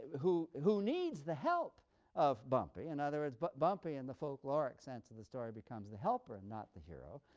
who who needs the help of bumpy. in other words, but bumpy, in the folkloric sense of the story, becomes the helper and not the hero,